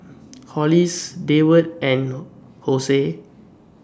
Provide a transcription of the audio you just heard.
Hollis Deward and Jose